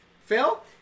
Phil